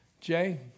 Jay